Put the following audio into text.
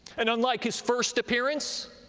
and unlike his first appearance,